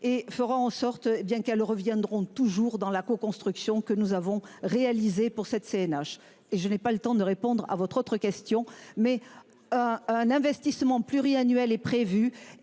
et fera en sorte bien qu'elles reviendront toujours dans la co-construction que nous avons réalisé pour cette CNH et je n'ai pas le temps de répondre à votre autre question mais un, un investissement pluriannuel est prévue